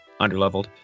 underleveled